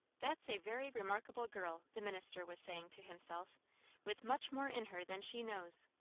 that's a very remarkable girl, the minister was saying to himself with much more in her than she knows.